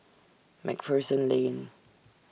MacPherson Lane